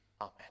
Amen